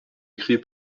écrit